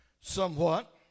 somewhat